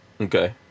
Okay